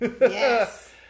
Yes